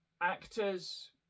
actors